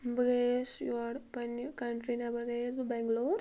بہٕ گٔیٚیس یور پننہِ کنٛٹرٛی نیٚبر گٔیٚیس بہٕ بیٚنٛگلور